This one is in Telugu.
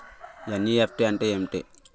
ఎన్.ఈ.ఎఫ్.టి అంటే ఏమిటి?